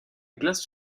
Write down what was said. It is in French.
glace